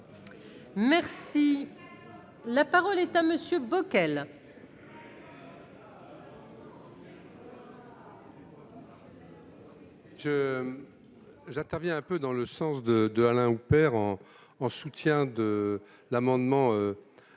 Merci, la parole est à monsieur Bockel. J'interviens un peu dans le sens de de Alain Houpert en en soutien de l'amendement je pense